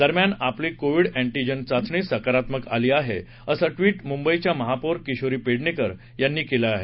दरम्यान आपली covid antigen चाचणी सकारात्मक आली आहे असं ट्विट मुंबईच्या महापौर किशोरी पेडणेकर यांनी केलं आहे